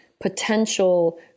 potential